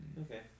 Okay